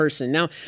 Now